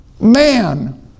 man